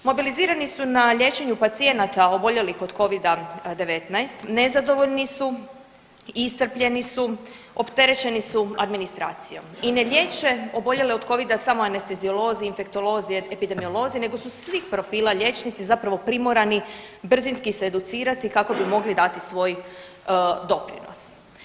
Mobilizirani su na liječenju pacijenata od oboljelih od Covida-19, nezadovoljni su, iscrpljeni su, opterećeni su administracijom i ne liječe oboljele od Covida samo anesteziolozi, infektolozi, epidemiolozi, nego su svih profila liječnici zapravo primorani brzinski se educirati kako bi mogli dati svoj doprinos.